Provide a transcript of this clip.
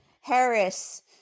Harris